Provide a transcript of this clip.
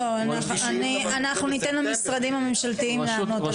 לא, אנחנו ניתן למשרדים הממשלתיים לענות על זה.